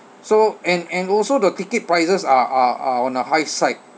so and and also the ticket prices are are are on the high side